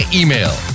email